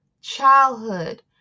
childhood